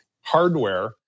hardware